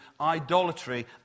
idolatry